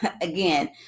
again